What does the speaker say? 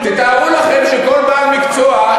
תארו לכם שכל בעל מקצוע,